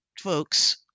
folks